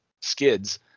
skids